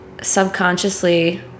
subconsciously